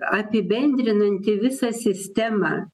apibendrinanti visą sistemą